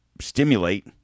stimulate